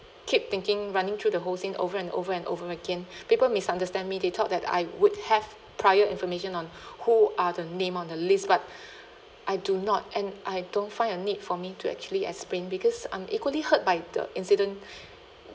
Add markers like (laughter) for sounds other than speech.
keep thinking running through the whole thing over and over and over again people misunderstand me they thought that I would have prior information on who are the name on the list but (breath) I do not and I don't find a need for me to actually explain because I'm equally hurt by the incident (breath)